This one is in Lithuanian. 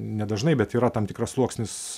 nedažnai bet yra tam tikras sluoksnis